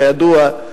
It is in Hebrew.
כידוע,